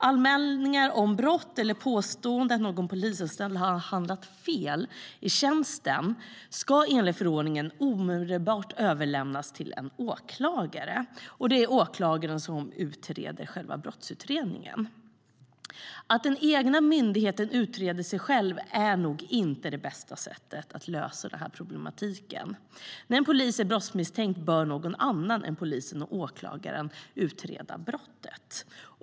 Anmälningar av brott eller påståenden om att någon polisanställd har handlat fel i tjänsten ska enligt förordningen omedelbart överlämnas till en åklagare, och det är åklagaren som gör själva brottsutredningen. Att den egna myndigheten utreder sig själv är nog inte det bästa sättet att lösa problematiken. När en polis är brottsmisstänkt bör någon annan än polisen och åklagaren utreda brottet.